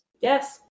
Yes